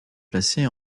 placé